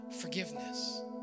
Forgiveness